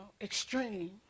extreme